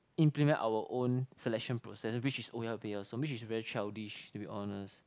implement our own selection process which is oya-beh-ya-som which is very childish to be honest